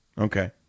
Okay